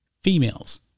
Females